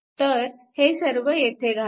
तर हे सर्व येथे घाला